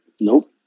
Nope